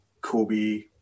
Kobe